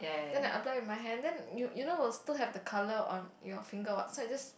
then I apply with my hand then you you know was too have the colour on your finger what so I just